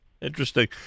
Interesting